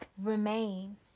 Remain